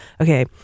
okay